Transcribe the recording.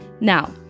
Now